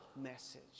message